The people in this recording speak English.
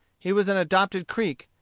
he was an adopted creek,